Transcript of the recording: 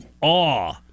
awe